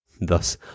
Thus